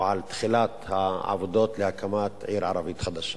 או על תחילת העבודות להקמת עיר ערבית חדשה.